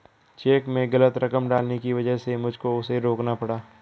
check में गलत रकम डालने की वजह से मुझको उसे रोकना पड़ा